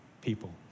people